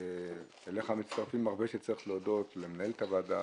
ואליך מצטרפים הרבה שצריך להודות להם למנהלת הוועדה,